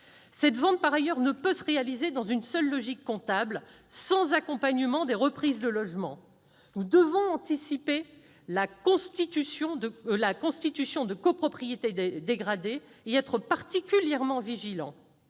cette vente ne peut être menée dans une seule logique comptable, sans accompagnement des reprises de logements. Nous devons anticiper la constitution de copropriétés dégradées et être particulièrement vigilants